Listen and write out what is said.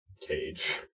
cage